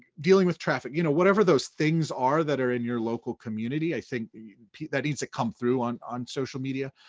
dealing with traffic, you know whatever those things are that are in your local community, i think that needs to come through on on social media.